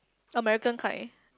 American kind